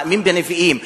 מאמין בנביאים.